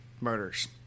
murders